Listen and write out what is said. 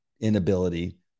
inability